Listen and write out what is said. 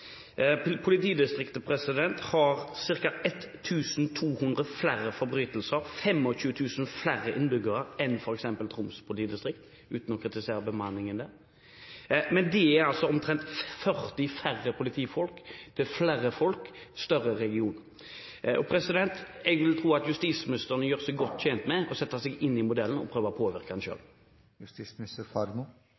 Politidistriktet har ca. 1 200 flere forbrytelser og 25 000 flere innbyggere enn f.eks. Troms politidistrikt, uten at jeg vil kritisere bemanningen der. De er altså omtrent 40 færre politifolk – det er flere folk og større region. Jeg vil tro at justisministeren er tjent med å sette seg inn i modellen og prøve å påvirke